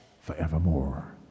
forevermore